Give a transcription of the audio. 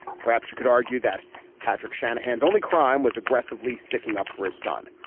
perhaps you could argue that patrick shanahan's only crime was aggressively sticking up for his son,